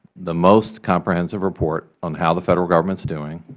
the most comprehensive report on how the federal government is doing.